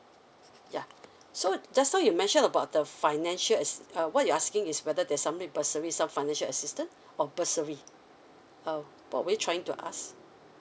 yeah so just now you mentioned about the financial as~ uh what you asking is whether there's something per service of financial assistance or bursary uh what were you trying to ask